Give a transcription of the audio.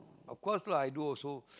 of course lah i do also